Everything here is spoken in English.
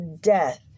death